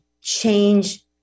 change